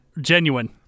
genuine